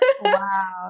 Wow